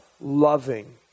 loving